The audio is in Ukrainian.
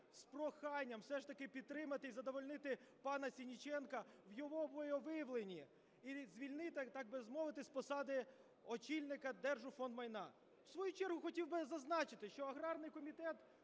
з проханням все ж таки підтримати і задовольнити пана Сенниченка в його волевиявленні, і звільнити, так би мовити, з посади очільника Держфондмайна. В свою чергу хотів би зазначити, що аграрний комітет